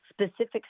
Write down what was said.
specifics